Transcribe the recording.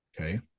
Okay